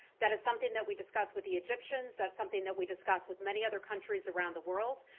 that is something that we discuss with the egyptians that's something that we discuss with many other countries around the world.